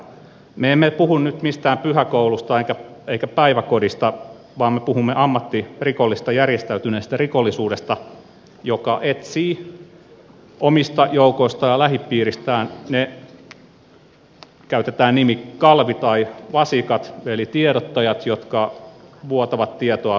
me emme puhu nyt mistään pyhäkoulusta eikä päiväkodista vaan me puhumme ammattirikollisista järjestäytyneestä rikollisuudesta joka etsii omista joukoistaan ja lähipiiristään ne käytetään nimeä kalvit tai vasikat eli tiedottajat jotka vuotavat tietoa viranomaisille